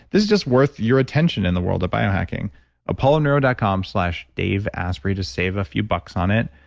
this is just worth your attention in the world of biohacking apolloneuro dot com slash daveasprey to save a few bucks on it.